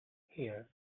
here